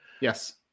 Yes